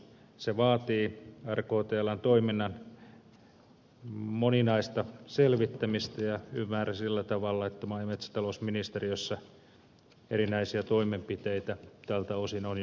se vaatii rktln toiminnan moninaista selvittämistä ja ymmärsin sillä tavalla että maa ja metsätalousministeriössä erinäisiä toimenpiteitä tältä osin on jo aloitettu